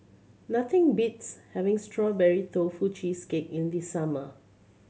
nothing beats having Strawberry Tofu Cheesecake in the summer